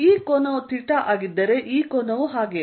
ಈ ಕೋನವು ಥೀಟಾ ಆಗಿದ್ದರೆ ಈ ಕೋನವೂ ಹಾಗೆಯೇ